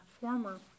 former